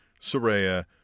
soraya